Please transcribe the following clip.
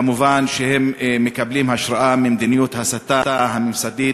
מובן שהם מקבלים השראה ממדיניות ההסתה הממסדית